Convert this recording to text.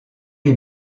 les